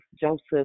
Joseph